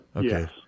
yes